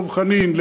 דב חנין,